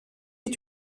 est